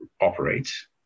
operates